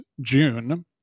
June